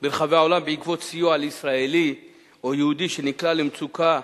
ברחבי העולם בעקבות סיוע לישראלי או ליהודי שנקלע למצוקה,